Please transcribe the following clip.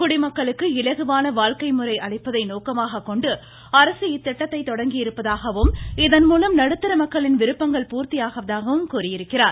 குடிமக்களுக்கு இலகுவான வாழ்க்கை அளிப்பதை ழறை நோக்கமாகக்கொண்டு அரசு இத்தட்டத்தை தொடங்கியிருப்பதாகவும் இதன்மூலம் நடுத்தர மக்களின் விருப்பங்கள் பூர்த்தியாவதாகவும் கூறியுள்ளார்